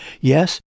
Yes